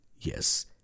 Yes